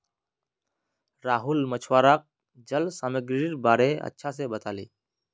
राहुल मछुवाराक जल सामागीरीर बारे अच्छा से बताले